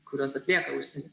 kuriuos atlieka užsieny